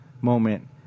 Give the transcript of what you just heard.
moment